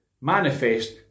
manifest